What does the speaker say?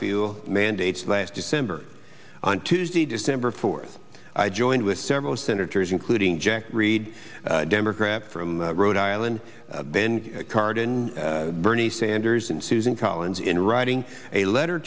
l mandates last december on tuesday december fourth i joined with several senators including jack reed democrat from rhode island ben cardin bernie sanders and susan collins in writing a letter